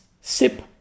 sip